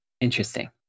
Interesting